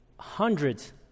hundreds